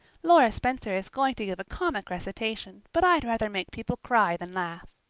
laura spencer is going to give a comic recitation, but i'd rather make people cry than laugh.